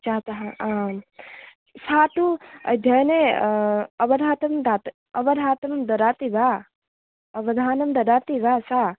जातः आम् सा तु अध्ययने अवधातं दात् अवधातं ददाति वा अवधानं ददाति वा सा